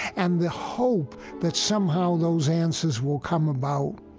and the hope that somehow those answers will come about,